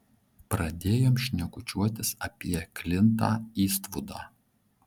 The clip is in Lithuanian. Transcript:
pradėjom šnekučiuotis apie klintą istvudą